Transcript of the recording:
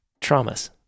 traumas